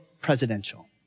presidential